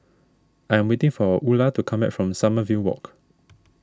I am waiting for Ula to come back from Sommerville Walk